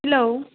hello